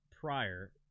prior